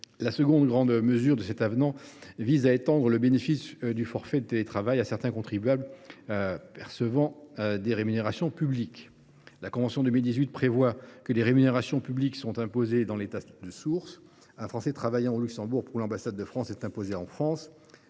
La seconde grande mesure de cet avenant vise à étendre le bénéfice du forfait de télétravail à certains contribuables percevant des rémunérations publiques. La convention de 2018 précise que les rémunérations publiques sont imposées dans l’État de source. Ainsi, un Français travaillant au Luxembourg pour l’ambassade de France est imposé en France.